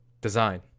design